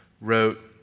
wrote